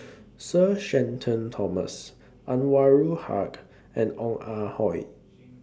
Sir Shenton Thomas Anwarul Haque and Ong Ah Hoi